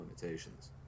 limitations